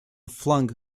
flung